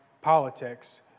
politics